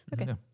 Okay